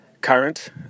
current